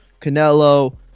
Canelo